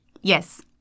Yes